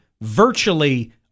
virtually